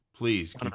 Please